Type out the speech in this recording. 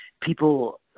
people